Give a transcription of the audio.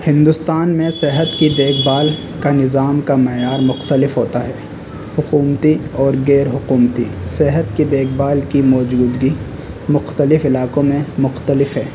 ہندوستان میں صحت کی دیکھ بھال کا نظام کا معیار مختلف ہوتا ہے حکومتی اور غیر حکومتی صحت کی دیکھ بھال کی موجودگی مختلف علاقوں میں مختلف ہے